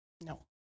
No